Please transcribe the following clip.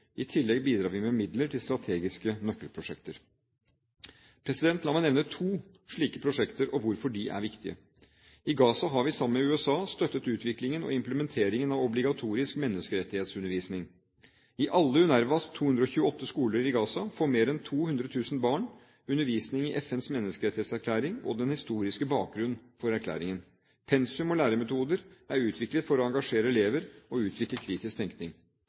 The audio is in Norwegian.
I tillegg bidrar vi med midler til strategiske nøkkelprosjekter. La meg nevne to slike prosjekter, og hvorfor de er viktige. I Gaza har vi, sammen med USA, støttet utviklingen og implementeringen av obligatorisk menneskerettighetsundervisning. I alle UNRWAs 228 skoler i Gaza får mer enn 200 000 barn undervisning i FNs menneskerettighetserklæring og den historiske bakgrunnen for erklæringen. Pensum og læremetoder er utviklet for å engasjere elever og utvikle kritisk tenkning.